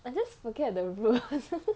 I just forget the room